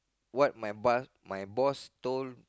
what my boss my boss told